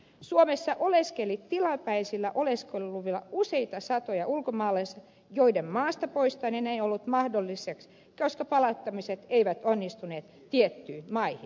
suomessa oleskeli tilapäisillä oleskeluluvilla useita satoja ulkomaalaisia joiden maasta poistaminen ei ollut mahdollista koska palauttamiset eivät onnistuneet tiettyihin maihin